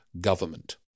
government